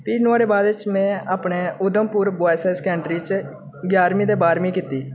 भी नुहाड़े बाद च में अपने उधमपुर च बॉयज हाई सेकेंडरी च जारमीं ते बारमीं कीती